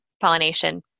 pollination